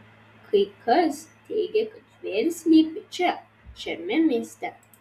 kai kas teigia kad žvėris slypi čia šiame mieste